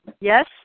Yes